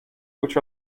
which